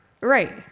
Right